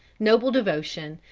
noble devotion,